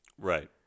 Right